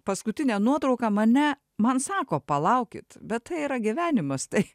paskutinė nuotrauka mane man sako palaukit bet tai yra gyvenimas tai